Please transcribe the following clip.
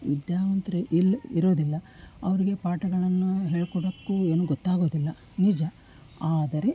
ವಿದ್ಯಾವಂತರು ಇಲ್ ಇರೋದಿಲ್ಲ ಅವರಿಗೆ ಪಾಠಗಳನ್ನು ಹೇಳ್ಕೊಡೋಕ್ಕೂ ಏನೂ ಗೊತ್ತಾಗೋದಿಲ್ಲ ನಿಜ ಆದರೆ